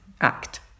act